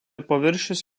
paviršius